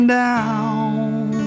down